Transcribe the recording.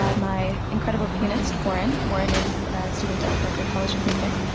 ah my incredible pianist, warren, warren is a student at the berklee college of music,